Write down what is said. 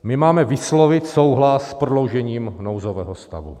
My máme vyslovit souhlas s prodloužením nouzového stavu.